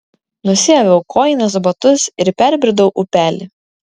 nusiaviau kojines batus ir perbridau upelį